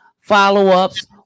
follow-ups